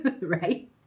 right